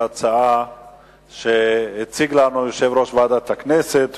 ההצעה שהציג לנו יושב-ראש ועדת הכנסת.